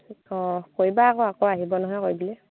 অঁ কৰিবা আকৌ আকৌ আহিব নহয় কৰিবলৈ